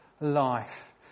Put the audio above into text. life